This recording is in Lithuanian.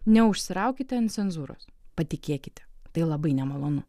neužsikraukite ant cenzūros patikėkite tai labai nemalonu